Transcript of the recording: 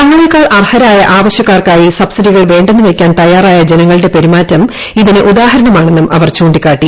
തങ്ങളെക്കാൾ അർഹരായ ആവശൃക്കാർക്കായി സബ്സിഡികൾ വേണ്ടെന്നു വയ്ക്കാൻ തയ്യാറായ ജനങ്ങളുടെ പെരുമാറ്റം ഇതിന് ഉദാഹരണമാണെന്നും അവർ ചൂണ്ടിക്കാട്ടി